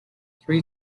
three